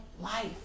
life